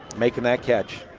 making that catch.